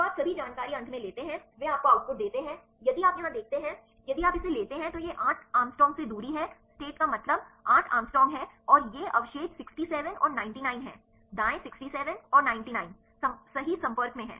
तो आप सभी जानकारी अंत में लेते हैं वे आपको आउटपुट देते हैं यदि आप यहां देखते हैं यदि आप इसे लेते हैं तो यह 8 एंग्स्ट्रॉम से दूरी है राज्य का मतलब 8 एंग्स्ट्रॉम है और ये अवशेष 67 और 99 हैं दाएं 67 और 99 सही संपर्क में हैं